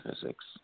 physics